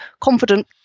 confident